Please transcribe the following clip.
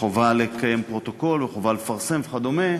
חובה לקיים פרוטוקול וחובה לפרסם וכדומה,